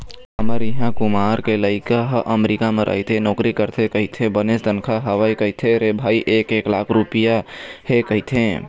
हमर इहाँ कुमार के लइका ह अमरीका म रहिके नौकरी करथे कहिथे बनेच तनखा हवय कहिथे रे भई एक एक लाख रुपइया हे कहिथे